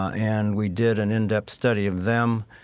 and we did an indepth study of them,